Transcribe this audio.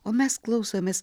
o mes klausomės